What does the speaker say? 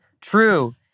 true